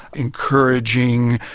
encouraging,